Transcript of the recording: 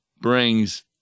brings